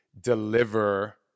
deliver